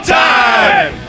time